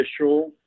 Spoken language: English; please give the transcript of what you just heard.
official